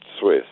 Swiss